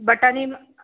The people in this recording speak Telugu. బటానీలు